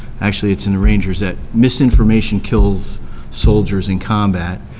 actually it's in the rangers, that misinformation kills soldiers in combat.